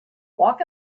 walk